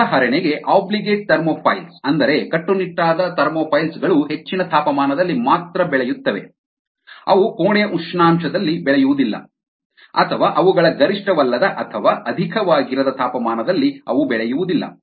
ಉದಾಹರಣೆಗೆ obligate thermophiles ಅಂದರೆ ಕಟ್ಟುನಿಟ್ಟಾದ ಥರ್ಮೋಫೈಲ್ ಗಳು ಹೆಚ್ಚಿನ ತಾಪಮಾನದಲ್ಲಿ ಮಾತ್ರ ಬೆಳೆಯುತ್ತವೆ ಅವು ಕೋಣೆಯ ಉಷ್ಣಾಂಶದಲ್ಲಿ ಬೆಳೆಯುವುದಿಲ್ಲ ಅಥವಾ ಅವುಗಳ ಗರಿಷ್ಠವಲ್ಲದ ಅಥವಾ ಅಧಿಕವಾಗಿರದ ತಾಪಮಾನದಲ್ಲಿ ಅವು ಬೆಳೆಯುವುದಿಲ್ಲ